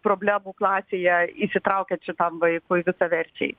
problemų klasėje įsitraukiant šitam vaikui visaverčiai